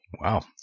Wow